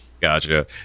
gotcha